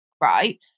Right